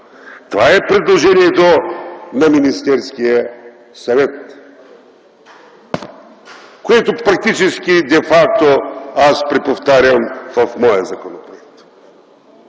Това е предложението на Министерския съвет, което практически и де факто аз преповтарям в моя законопроект.